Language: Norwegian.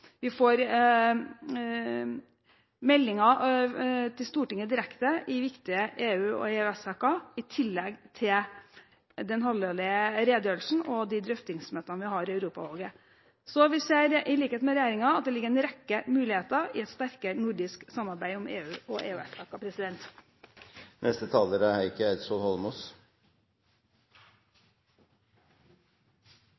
Vi får meldinger til Stortinget direkte i viktige EU- og EØS-saker, i tillegg til den halvårlige redegjørelsen og de drøftingsmøtene vi har i Europautvalget. Vi ser i likhet med regjeringen at det ligger en rekke muligheter i et sterkere nordisk samarbeid om EU- og EØS-saker. I revidert nasjonalbudsjett er